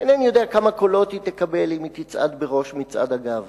אינני יודע כמה קולות היא תקבל אם היא תצעד בראש מצעד הגאווה,